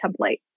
template